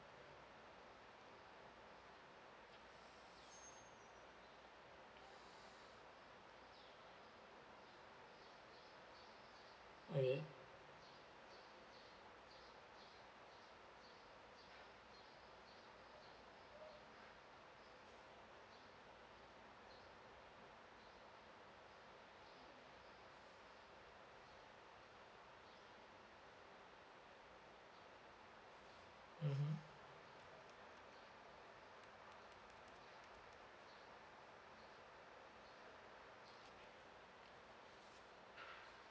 okay mmhmm